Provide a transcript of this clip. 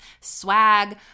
swag